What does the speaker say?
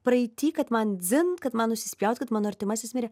praeity kad man dzin kad man nusispjaut kad mano artimasis mirė